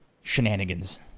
shenanigans